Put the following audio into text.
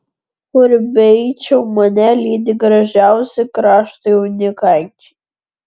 kur beeičiau mane lydi gražiausi krašto jaunikaičiai